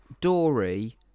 Dory